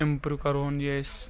improve کرٕہون یہِ أسۍ